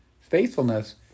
faithfulness